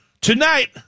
Tonight